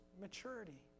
maturity